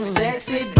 sexy